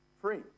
free